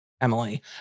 Emily